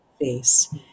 face